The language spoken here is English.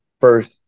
first